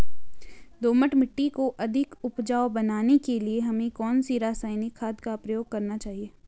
दोमट मिट्टी को अधिक उपजाऊ बनाने के लिए हमें कौन सी रासायनिक खाद का प्रयोग करना चाहिए?